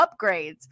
upgrades